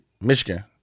Michigan